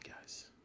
guys